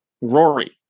Rory